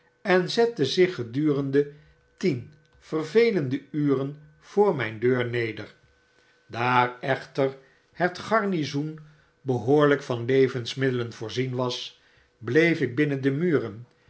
en zette zich gedurende tien vervelende uren voor mijn deur neder daar echter het garnizoen behoorljjk van levensmiddelen voorzien was bleef ik binnen de muren